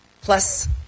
plus